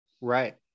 Right